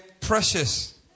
precious